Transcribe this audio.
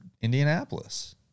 Indianapolis